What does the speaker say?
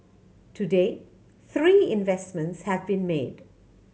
to date three investments have been made